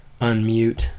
unmute